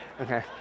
Okay